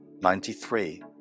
ninety-three